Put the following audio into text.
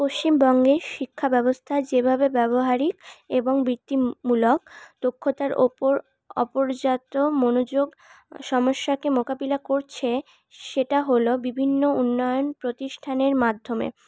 পশ্চিমবঙ্গের শিক্ষাব্যবস্থা যেভাবে ব্যবহারিক এবং বৃত্তি মূলক দক্ষতার ওপর অপরজাত মনোযোগ সমস্যাকে মোকাবিলা করছে সেটা হল বিভিন্ন উন্নয়ন প্রতিষ্ঠানের মাধ্যমে